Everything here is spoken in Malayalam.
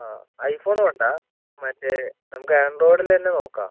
ആ ഐഫോണും ഉണ്ടോ മറ്റേ നമുക്ക് ആൻഡ്രോയിഡില് തന്നെ നോക്കാം